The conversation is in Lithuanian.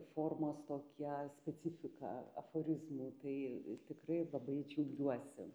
formos tokią specifiką aforizmų tai tikrai labai džiaugiuosi